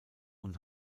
und